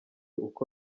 uko